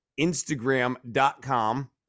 Instagram.com